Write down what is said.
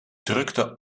drukte